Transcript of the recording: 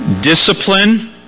discipline